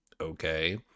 okay